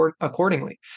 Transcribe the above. accordingly